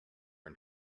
and